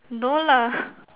no lah